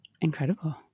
Incredible